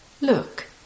Look